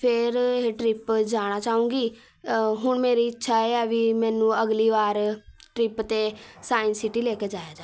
ਫਿਰ ਇਹ ਟਰਿੱਪ ਜਾਣਾ ਚਾਹੁੰਗੀ ਹੁਣ ਮੇਰੀ ਇੱਛਾ ਇਹ ਹੈ ਵੀ ਮੈਨੂੰ ਅਗਲੀ ਵਾਰ ਟਰਿੱਪ 'ਤੇ ਸਾਇੰਸ ਸਿਟੀ ਲੈ ਕੇ ਜਾਇਆ ਜਾਵੇ